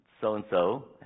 so-and-so